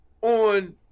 on